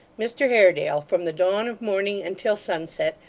mr haredale, from the dawn of morning until sunset,